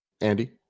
Andy